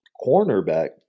cornerback